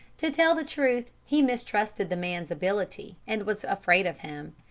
to tell the truth, he mistrusted the man's ability, and was afraid of him.